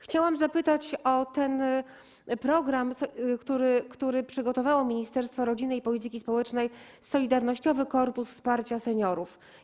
Chciałam zapytać o ten program, który przygotowało Ministerstwo Rodziny i Polityki Społecznej, o Solidarnościowy Korpus Wsparcia Seniorów.